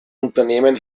unternehmen